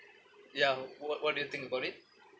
ya what what do you think about it